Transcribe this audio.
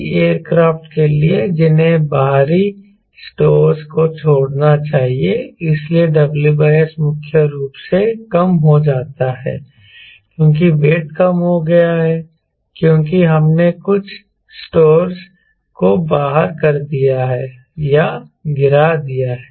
कई एयरक्राफ्ट के लिए जिन्हें बाहरी स्टोरज़ को छोड़ना चाहिए इसलिए WS मुख्य रूप से कम हो जाता है क्योंकि वेट कम हो गया है क्योंकि हमने कुछ स्टोरज़ को बाहर कर दिया है या गिरा दिया है